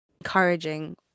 encouraging